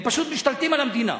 הם פשוט משתלטים על המדינה.